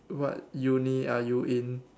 what uni are you in